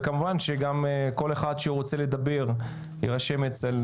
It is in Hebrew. וכמובן גם כל אחד שירצה לדבר יירשם אצל